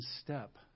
step